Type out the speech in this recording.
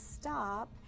stop